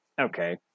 Okay